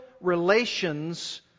relations